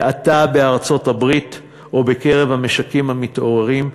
האטה בארצות-הברית או בקרב המשקים המתעוררים,